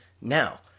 now